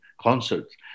concerts